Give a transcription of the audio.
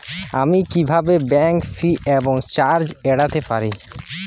আমি কিভাবে bank fee এবং চার্জ এড়াতে পারি?